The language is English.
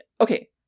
okay